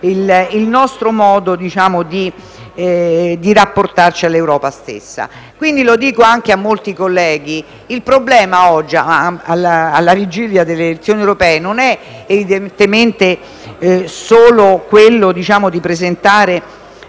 il nostro modo di rapportarci all'Europa stessa. Lo dico a molti colleghi: il problema oggi, alla vigilia delle elezioni europee, non è evidentemente solo quello di presentare